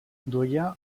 duia